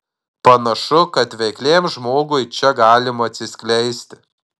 panašu kad veikliam žmogui čia galima atsiskleisti